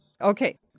Okay